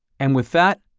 and with that,